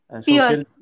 social